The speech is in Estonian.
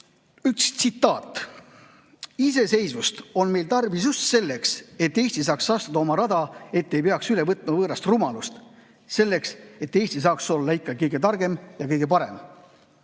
Üks tsitaat: "Iseseisvust on meil tarvis just selleks, et Eesti saaks astuda oma rada, et ei peaks üle võtma võõrast rumalust. Selleks, et Eesti saaks olla kõige targem ja parem."